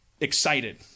excited